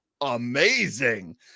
amazing